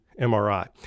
MRI